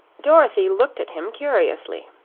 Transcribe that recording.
dorothy looked at him curiously.